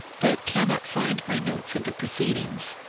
but cannot find my notes of the proceedings.